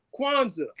Kwanzaa